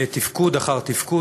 תפקוד אחר תפקוד,